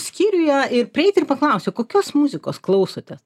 skyriuje ir prieiti ir paklausti kokios muzikos klausotės